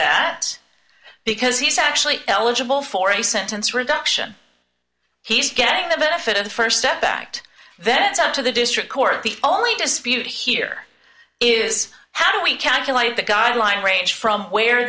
that because he's actually eligible for a sentence reduction he's getting the benefit of the st step back to then it's up to the district court the only dispute here is how do we calculate the guideline range from where